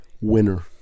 winner